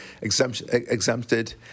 exempted